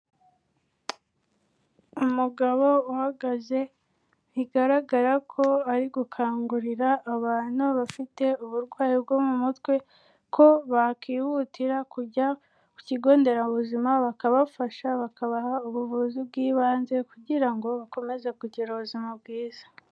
Umugabo uhagaze, bigaragara ko ari gukangurira abantu bafite uburwayi bwo mu mutwe, ko bakihutira kujya ku kigo nderabuzima bakabafasha, bakabaha ubuvuzi bw'ibanze kugira ngo bakomeze kugira ubuzima bwiza.